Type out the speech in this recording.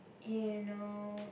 you know